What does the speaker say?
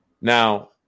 Now